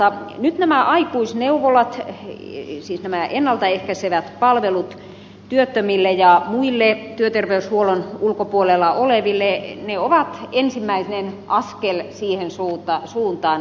nyt nämä aikuisneuvolat siis nämä ennalta ehkäisevät palvelut työttömille ja muille työterveyshuollon ulkopuolella oleville ovat ensimmäinen askel siihen suuta suuntaan